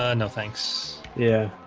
ah no, thanks. yeah